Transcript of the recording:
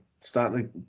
starting